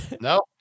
No